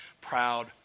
proud